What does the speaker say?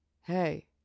hey